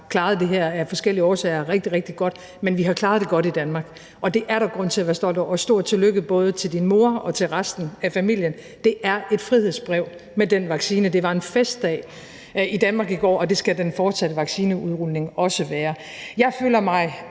klaret det her rigtig, rigtig godt. Men vi har klaret det godt i Danmark, og det er der grund til være stolte over. Og stort tillykke, både til din mor og til resten af familien. Det er et frihedsbrev med den vaccine, det var en festdag i Danmark i går, og det skal den fortsatte vaccineudrulning også være. Jeg føler mig